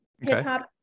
hip-hop